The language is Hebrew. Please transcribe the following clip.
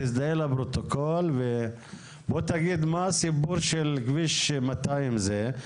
תזדהה לפרוטוקול ובוא תגיד מה הסיפור של כביש 200 הזה,